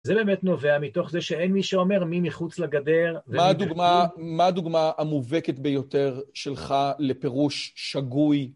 זה באמת נובע מתוך זה שאין מי שאומר מי מחוץ לגדר.מה, מה הדוגמה המובקת ביותר שלך לפירוש שגוי?